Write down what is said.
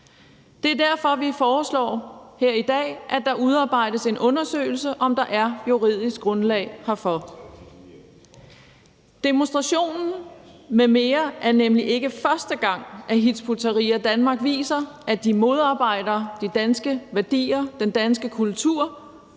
Det er derfor, vi her i dag foreslår, at der udarbejdes en undersøgelse af, om der er juridisk grundlag herfor. Demonstrationen m.m. er nemlig ikke første gang, Hizb ut-Tahrir Danmark viser, at de modarbejder de danske værdier og den danske kultur